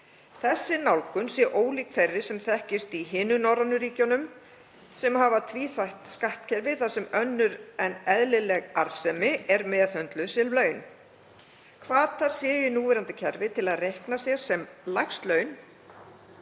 Þessi nálgun sé ólík þeirri sem þekkist í hinum norrænu ríkjunum sem hafa tvíþætt skattkerfi þar sem önnur en eðlileg arðsemi er meðhöndluð sem laun. Hvatar séu í núverandi kerfi til að reikna sér sem lægst laun,